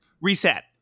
Reset